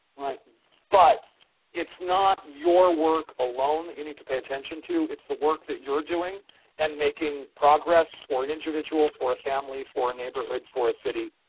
but it's not your work alone you need to pay attention to, it's the work that you're doing and making progress for an individual, for a family, for a neighborhood, for a city,